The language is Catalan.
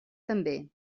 també